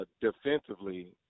defensively